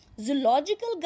zoological